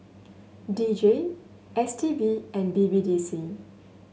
D J S T B and B B D C